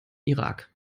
irak